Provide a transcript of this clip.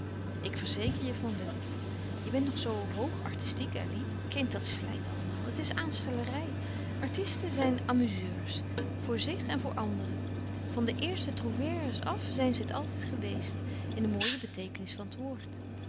ik verzeker je van wel je bent nog zoo hoog artistiek elly kind dat slijt allemaal het is aanstellerij artisten zijn amuzeurs voor zich en voor anderen van de eerste trouvères af zijn ze het altijd geweest in de mooie beteekenis van het woord